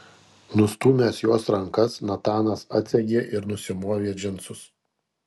nustūmęs jos rankas natanas atsegė ir nusimovė džinsus